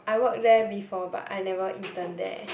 I work there before but I never intern there